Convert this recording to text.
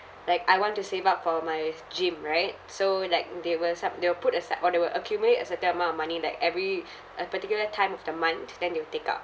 like I want to save up for my gym right so like they will sub~ they will put aside or they will accumulate a certain amount of money like every a particular time of the month then they will take out